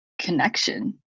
connection